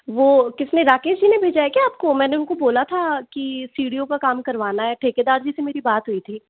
वो किसने राकेश जी ने भेजा है क्या आपको मैंने उनको बोला था कि सीढ़ियों का काम करवाना है ठेकेदार जी से मेरी बात हुई थी